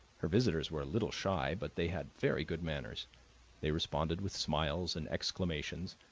her visitors were a little shy, but they had very good manners they responded with smiles and exclamations,